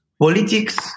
politics